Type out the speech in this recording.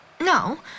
No